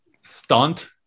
stunt